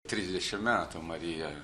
trisdešim metų marija